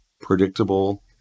predictable